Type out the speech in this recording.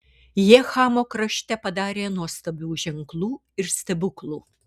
jie chamo krašte padarė nuostabių ženklų ir stebuklų